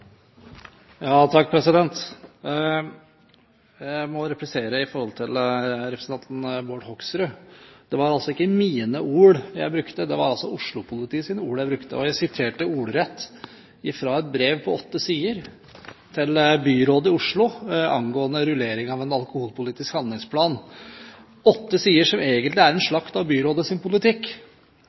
Jeg må replisere til representanten Bård Hoksrud: Det var altså ikke mine ord jeg brukte, det var Oslo-politiets ord jeg brukte. Jeg siterte ordrett fra et brev på åtte sider til byrådet i Oslo angående rullering av en alkoholpolitisk handlingsplan, åtte sider som egentlig er slakt av byrådets politikk.